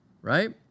right